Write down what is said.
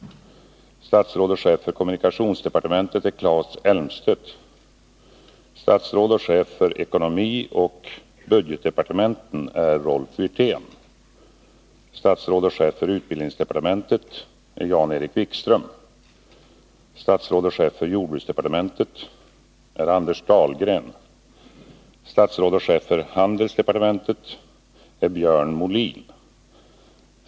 Statsråd och chef för ekonomioch budgetdepartementen är Rolf Wirtén. Statsråd och chef för utbildningsdepartementet är Jan-Erik Wikström. Statsråd och chef för jordbruksdepartementet är Anders Dahlgren. Statsråd och chef för handelsdepartementet är Björn Molin.